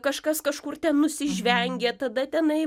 kažkas kažkur ten nusižvengė tada tenai